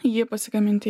jį pasigaminti